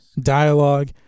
dialogue